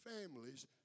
families